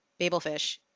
Babelfish